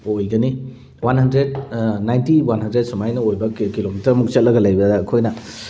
ꯑꯣꯏꯒꯅꯤ one hundred ninety one hundred ꯁꯨꯃꯥꯏꯅ ꯑꯣꯏꯕ ꯀꯤꯂꯣꯃꯤꯇꯔꯃꯨꯛ ꯆꯠꯂꯒ ꯂꯩꯕꯗ ꯑꯩꯈꯣꯏꯅ